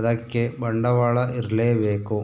ಅದಕ್ಕೆ ಬಂಡವಾಳ ಇರ್ಲೇಬೇಕು